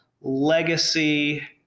legacy